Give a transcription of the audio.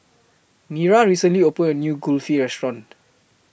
Mira recently opened A New Kulfi Restaurant